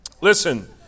listen